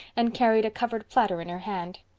and carried a covered platter in her hand.